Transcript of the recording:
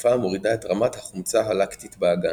תרופה המורידה את רמת החומצה הלקטית באגן.